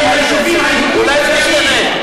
אולי זה ישתנה.